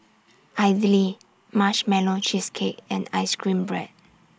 Idly Marshmallow Cheesecake and Ice Cream Bread